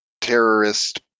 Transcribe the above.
terrorist